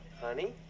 honey